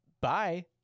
bye